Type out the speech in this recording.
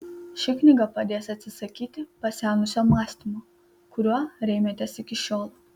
ši knyga padės atsisakyti pasenusio mąstymo kuriuo rėmėtės iki šiol